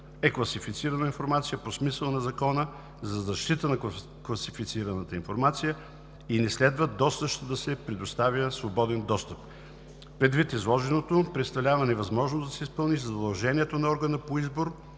е класифицирана информация по смисъла на Закона за защита на класифицираната информация и не следва до същата да се предоставя свободен достъп. Предвид изложеното представлява невъзможност да се изпълни и задължението на органа по избор